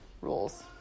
rules